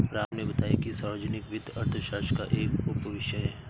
राम ने बताया कि सार्वजनिक वित्त अर्थशास्त्र का एक उपविषय है